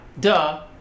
Duh